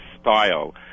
style